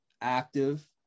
active